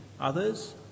others